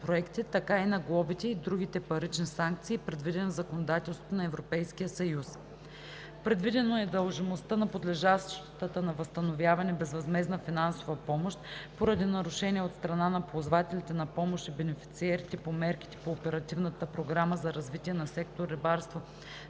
така и на глобите и другите парични санкции, предвидени в законодателството на Европейския съюз. Предвидено е дължимостта на подлежаща на възстановяване безвъзмездна финансова помощ поради нарушение от страна на ползвателите на помощ и бенефициерите по мерките по Оперативната програма за развитие на сектор „Рибарство“